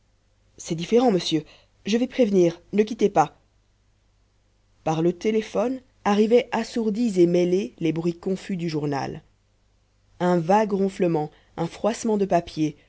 c'est différent monsieur je vais prévenir ne quittez pas par le téléphone arrivaient assourdis et mêlés les bruits confus du journal un vague ronflement un froissement de papiers